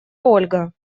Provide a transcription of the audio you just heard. ольга